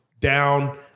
down